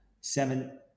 seven